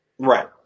Right